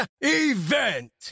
event